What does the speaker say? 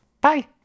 Bye